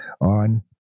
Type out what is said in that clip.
on